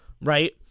right